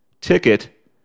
ticket